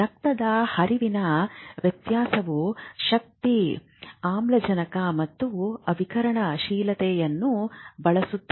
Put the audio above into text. ರಕ್ತದ ಹರಿವಿನ ವ್ಯವಸ್ಥೆಯು ಶಕ್ತಿ ಆಮ್ಲಜನಕ ಮತ್ತು ವಿಕಿರಣಶೀಲತೆಯನ್ನು ಬಳಸುತ್ತದೆ